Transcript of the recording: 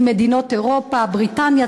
ממדינות אירופה: בריטניה,